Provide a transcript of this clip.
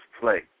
play